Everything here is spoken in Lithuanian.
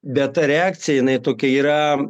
bet ta reakcija jinai tokia yra